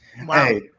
Wow